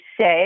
say